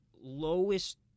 lowest